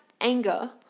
anger